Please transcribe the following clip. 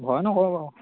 ভয় নকৰোঁ বাৰু